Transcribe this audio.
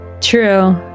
True